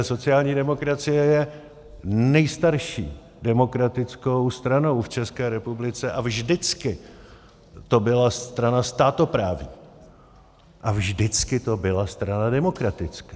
Sociální demokracie je nejstarší demokratickou stranou v České republice a vždycky to byla strana státoprávní a vždycky to byla strana demokratická.